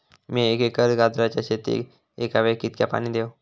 मीया एक एकर गाजराच्या शेतीक एका वेळेक कितक्या पाणी देव?